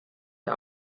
der